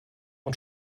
und